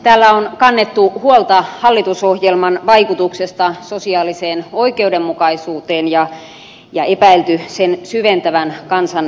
täällä on kannettu huolta hallitusohjelman vaikutuksesta sosiaaliseen oikeudenmukaisuuteen ja epäilty sen syventävän kansan kahtiajakoa